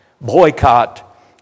boycott